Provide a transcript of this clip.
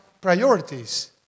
priorities